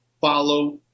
follow